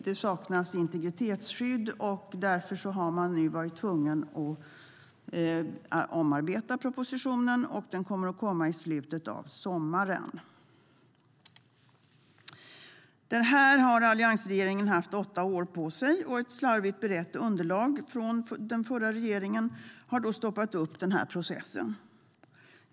Det saknas integritetsskydd, och därför har man nu varit tvungen att omarbeta propositionen. Den kommer att komma i slutet av sommaren. Alliansregeringen har haft åtta år på sig för detta. Ett slarvigt berett underlag från den förra regeringen har stoppat upp processen.